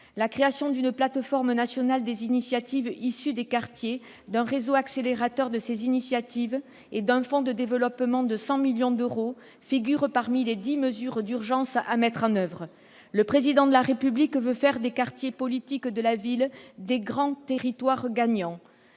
La création d'une plateforme nationale des initiatives issues des quartiers, d'un réseau accélérateur de ces initiatives et d'un fonds de développement de 100 millions d'euros figure parmi les dix mesures d'urgence à mettre en oeuvre. Le Président de la République veut faire des quartiers de la politique de la ville de « grands territoires gagnants